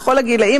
בכל הגילים,